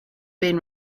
been